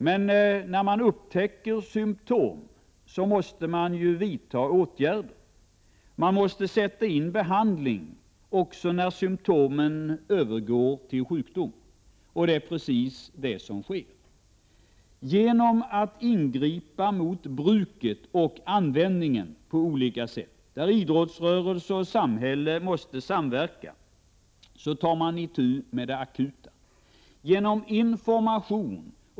Men när man upptäcker symtom måste man ju vidta åtgärder. Man måste sätta in behandling också när symtomen övergår till sjukdom — och det är precis vad Prot. 1988/89:19 som sker. Genom att på olika sätt ingripa mot bruket och användningen, där 8 november 1988 idrottsrörelse och samhälle måste samverka, tar man itu med det akuta a K Om doping och komproblemet.